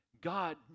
God